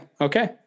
Okay